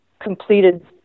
completed